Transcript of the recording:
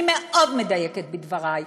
אני מאוד מדייקת בדברי,